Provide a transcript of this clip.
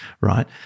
right